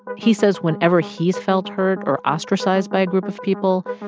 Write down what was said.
he says whenever he's felt hurt or ostracized by a group of people,